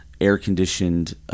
air-conditioned